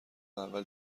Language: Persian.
اول